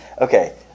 Okay